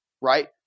right